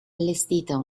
allestita